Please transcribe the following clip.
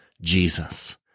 Jesus